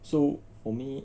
so for me